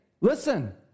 Listen